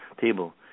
table